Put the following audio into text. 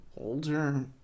older